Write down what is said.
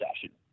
session